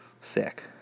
sick